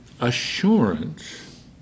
assurance